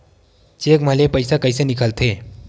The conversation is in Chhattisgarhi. चेक म ले पईसा कइसे निकलथे?